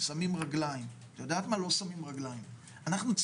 שמים רגלים, את יודעת מה?